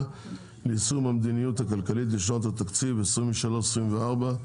ליישום המדיניות הכלכלית לשנות התקציב 2023 ו-2024),